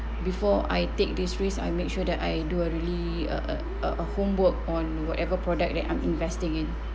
before I take this risk I make sure that I do a really a a a a homework on whatever product that I'm investing in